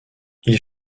ils